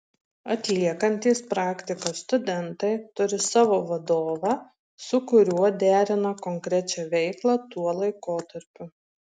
atliekantys praktiką studentai turi savo vadovą su kuriuo derina konkrečią veiklą tuo laikotarpiu